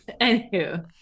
Anywho